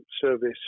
service